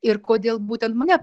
ir kodėl būtent mane